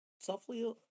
softly